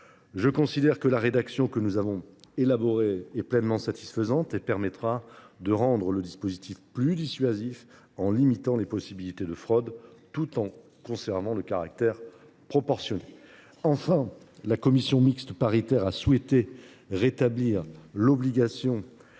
Je considère que la rédaction que nous avons retenue est pleinement satisfaisante et permettra de rendre la disposition plus dissuasive, en limitant les possibilités de fraude, tout en conservant son caractère proportionné. Enfin, la commission mixte paritaire a souhaité rétablir l’obligation